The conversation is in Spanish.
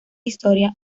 historia